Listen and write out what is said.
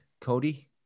Cody